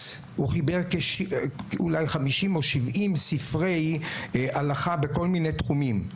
חיבר אולי חמישים או שבעים ספרי הלכה בכל מיני תחומים.